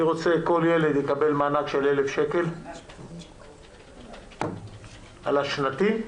אני רוצה שכל ילד יקבל מענק של 1,000 שקלים על השנתי,